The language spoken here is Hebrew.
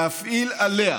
להפעיל עליה